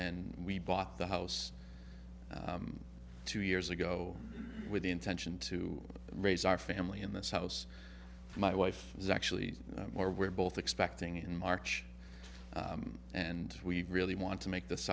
and we bought the house two years ago with the intention to raise our family in this house my wife is actually more we're both expecting in march and we really want to make th